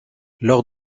lors